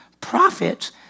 prophets